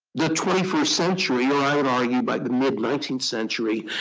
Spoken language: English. the twenty first century, or i would argue by the mid nineteenth century,